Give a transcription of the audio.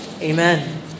Amen